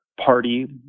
party